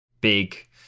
big